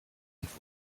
und